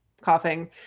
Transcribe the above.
coughing